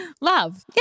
love